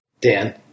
Dan